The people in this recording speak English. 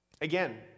Again